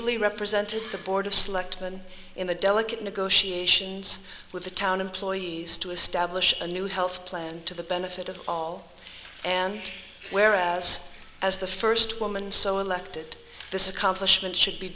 ably represented the board of selectmen in the delicate negotiations with the town employees to establish a new health plan to the benefit of all and whereas as the first woman so elected this accomplishment should be